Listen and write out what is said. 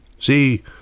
See